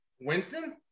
Winston